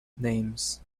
names